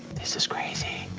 this is crazy,